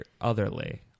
otherly